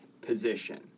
position